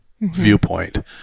viewpoint